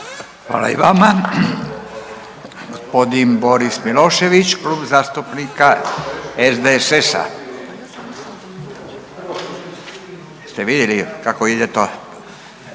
Hvala i vama. Gospodin Boris Milošević, Klub zastupnika SDSS-a. **Milošević,